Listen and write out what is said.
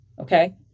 Okay